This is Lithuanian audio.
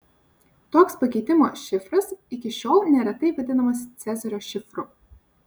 toks pakeitimo šifras iki šiol neretai vadinamas cezario šifru